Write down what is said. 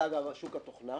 זה אגב שוק התוכנה